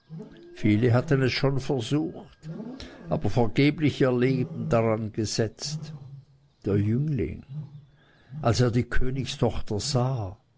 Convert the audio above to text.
viele hatten es schon versucht aber vergeblich ihr leben daran gesetzt der jüngling als er die königstochter sah